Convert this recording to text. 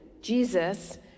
Jesus